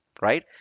right